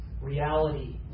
reality